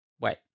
Wait